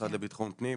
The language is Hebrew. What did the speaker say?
המשרד לביטחון הפנים,